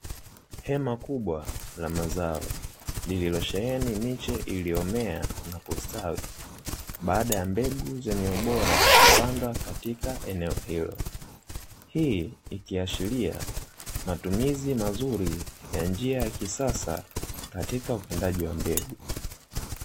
Hema kubwa la mazao, lililosheheni miche iliyomea na kustawi ; baada ya mbegu zenye ubora kupandwa katika eneo hilo. Hii ikiashiria matumizi ya mazuri ya njia ya kisasa katika upandaji wa mbegu.